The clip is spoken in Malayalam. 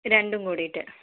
രണ്ടും കൂടിട്ട്